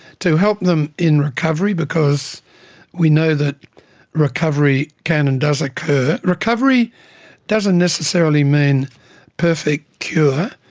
to help them in recovery because we know that recovery can and does occur. recovery doesn't necessarily mean perfect cure,